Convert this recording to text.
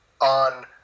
on